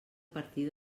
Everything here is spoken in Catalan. partir